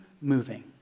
moving